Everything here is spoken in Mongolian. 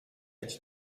ажил